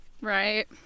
Right